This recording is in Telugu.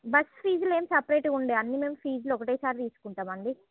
బస్సు ఫీజులు ఏమి సెపరేటుగా ఉండదు అన్ని మేము ఫీజులు ఒకటేసారి తీసుకుంటామండి